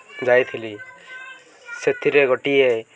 ଯାଇଥିଲି ସେଥିରେ ଗୋଟିଏ